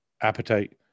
appetite